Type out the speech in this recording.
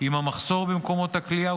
עם המחסור במקומות הכליאה,